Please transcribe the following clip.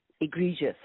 egregious